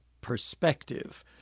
perspective